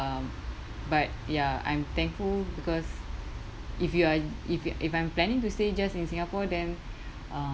um but ya I'm thankful because if you are if you if I'm planning to stay just in singapore then uh